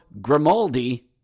Grimaldi